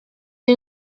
who